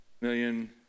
million